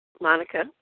Monica